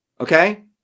okay